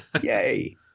Yay